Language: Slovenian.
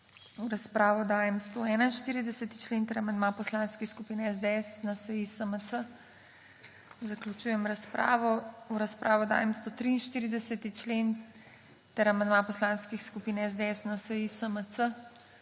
V razpravo dajem 141. člen ter amandma poslanskih skupin SDS, NSi, SMC. Zaključujem razpravo. V razpravo dajem 143. člen ter amandma poslanskih skupin SDS, NSi, SMC.